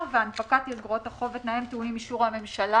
ואילו הנפקת איגרות החוב ותנאיהן טעונים אישור הממשלה?